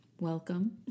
Welcome